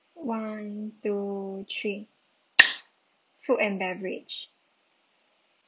one two three food and beverage